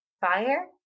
fire